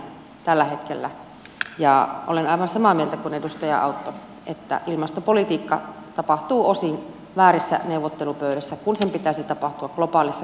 olen aivan samaa mieltä kuin edustaja autto että ilmastopolitiikka tapahtuu osin väärissä neuvottelupöydissä kun sen pitäisi tapahtua globaalissa keskusteluympäristössä